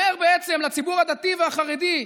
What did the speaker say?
בעצם הוא אומר לציבור הדתי והחרדי,